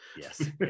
Yes